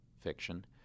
fiction